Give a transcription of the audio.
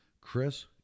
Chris